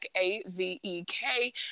A-Z-E-K